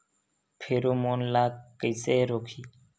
Pheromone ला कइसे रोकही?